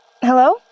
Hello